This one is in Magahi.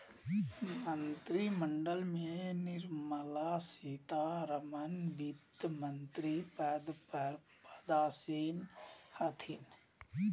मंत्रिमंडल में निर्मला सीतारमण वित्तमंत्री पद पर पदासीन हथिन